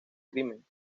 crimen